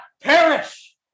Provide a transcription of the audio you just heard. perish